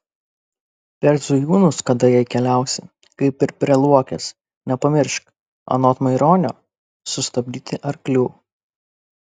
per zujūnus kada jei keliausi kaip ir prie luokės nepamiršk anot maironio sustabdyti arklių